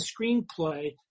screenplay